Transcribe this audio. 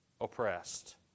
oppressed